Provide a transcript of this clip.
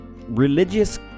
religious